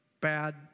bad